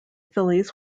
phillies